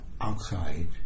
outside